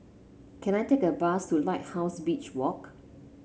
can I take a bus to Lighthouse Beach Walk